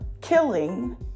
killing